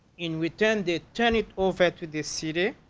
in return they turn it over to the city